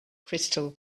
crystal